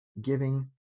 giving